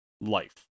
life